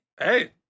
Hey